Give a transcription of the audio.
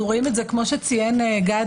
אנו רואים את זה כפי שציין גדי,